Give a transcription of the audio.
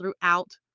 throughout